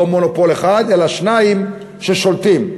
לא מונופול אחד אלא שניים ששולטים.